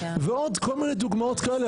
ועוד כל מיני דוגמאות כאלה.